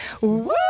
Woo